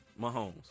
Mahomes